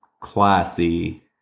classy